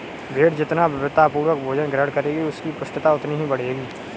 भेंड़ जितना विविधतापूर्ण भोजन ग्रहण करेगी, उसकी पुष्टता उतनी ही बढ़ेगी